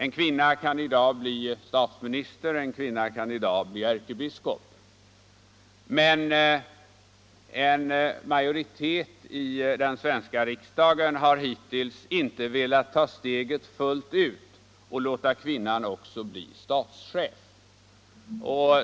En kvinna kan i dag bli statsminister eller ärkebiskop. gor Men en majoritet i den svenska riksdagen har hittills inte velat ta steget fullt ut och låta kvinnan också bli statschef.